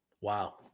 wow